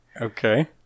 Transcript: Okay